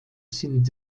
sind